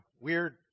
weird